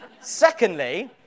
Secondly